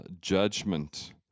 judgment